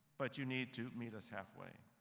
but you need to meet us half-way.